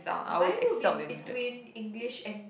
mine would be between English and